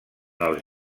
els